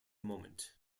moment